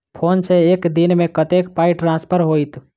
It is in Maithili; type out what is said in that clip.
फोन सँ एक दिनमे कतेक पाई ट्रान्सफर होइत?